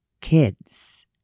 kids